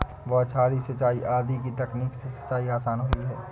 बौछारी सिंचाई आदि की तकनीक से सिंचाई आसान हुई है